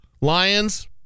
Lions